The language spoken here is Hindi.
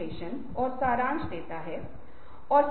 तो हमे बहुत सावधान रहना होगा